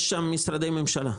יש שם משרדי ממשלה,